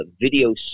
video